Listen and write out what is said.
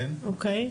אוקיי.